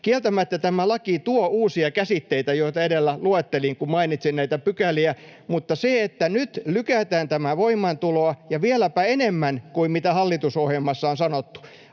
Kieltämättä tämä laki tuo uusia käsitteitä, joita edellä luettelin, kun mainitsin näitä pykäliä, mutta nyt lykätään tämän voimaantuloa ja vieläpä enemmän kuin mitä hallitusohjelmassa on sanottu.